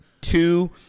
two